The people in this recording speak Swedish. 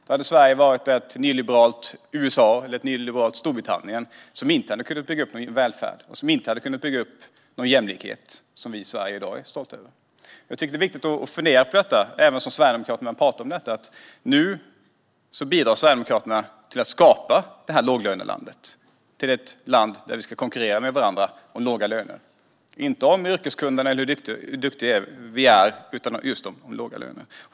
Då hade Sverige varit ett nyliberalt USA eller Storbritannien som inte hade kunnat bygga upp den välfärd och jämlikhet som vi i Sverige i dag är stolta över. Jag tycker att det är viktigt att fundera över detta och att även, som Sverigedemokraterna, tala om det. Nu bidrar Sverigedemokraterna till att skapa det där låglönelandet - ett land där vi ska konkurrera med varandra om låga löner. Det handlar inte om yrkeskunnande eller hur duktiga vi är, utan just om låga löner.